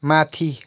माथि